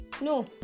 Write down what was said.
No